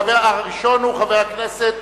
חבר הכנסת